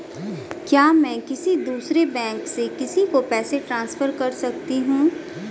क्या मैं किसी दूसरे बैंक से किसी को पैसे ट्रांसफर कर सकती हूँ?